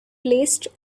placed